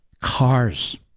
cars